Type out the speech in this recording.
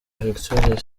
victoria